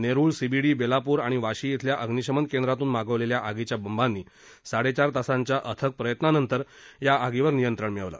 Nerul C B D Belapur आणि वाशी खिल्या अम्नीशमन केंद्रातून मागवलेल्या आगीच्या बंबांनी साडे चार तासांच्या अथक प्रयत्नांनंतर या आगीवर नियंत्रण मिळवलं